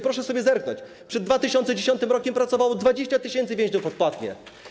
Proszę sobie zerknąć - przed 2010 r. pracowało 20 tys. więźniów odpłatnie.